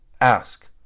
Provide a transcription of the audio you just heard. ask